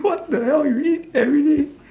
what the hell you eat everyday